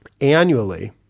annually